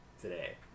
today